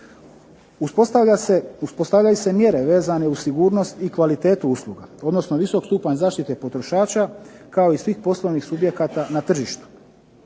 Uspostavljaju se mjere vezane uz sigurnost i kvalitetu usluga, odnosno visok stupanj zaštite potrošača, kao i svih poslovnih subjekata na tržištu.